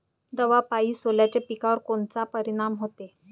दवापायी सोल्याच्या पिकावर कोनचा परिनाम व्हते?